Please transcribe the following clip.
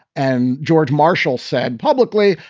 and george marshall said publicly,